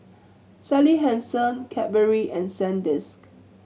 Sally Hansen Cadbury and Sandisk